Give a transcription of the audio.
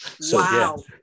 wow